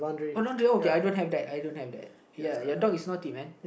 oh lingerie okay I don't have that I don't have that ya your dog is naughty man